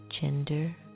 gender